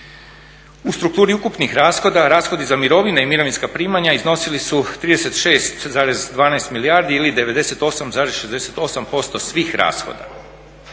U strukturi ukupnih rashoda, rashodi za mirovine i mirovinska primanja iznosili su 36,12 milijardi ili 98,68% svih rashoda.